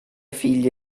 figlie